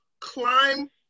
climb